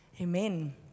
amen